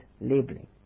labeling